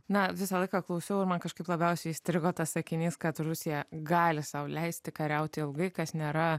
na visą laiką klausiau ir man kažkaip labiausiai įstrigo tas sakinys kad rusija gali sau leisti kariauti ilgai kas nėra